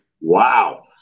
Wow